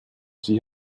sie